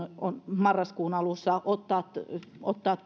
marraskuun alussa ottaa ottaa